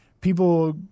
people